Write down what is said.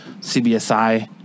CBSI